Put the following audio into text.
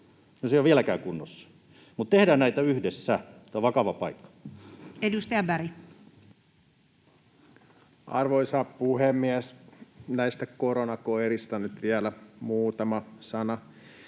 se ei ole vieläkään kunnossa. Tehdään näitä yhdessä. Tämä on vakava paikka. Edustaja Berg. Arvoisa puhemies! Näistä koronakoirista nyt vielä muutama sana.